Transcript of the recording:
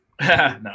No